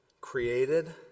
created